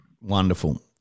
Wonderful